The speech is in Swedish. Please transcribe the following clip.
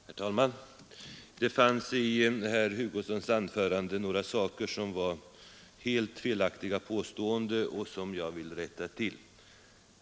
Herr talman! Det fanns i herr Hugossons anförande några helt felaktiga påståenden som jag vill rätta.